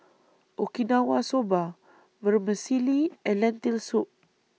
Okinawa Soba Vermicelli and Lentil Soup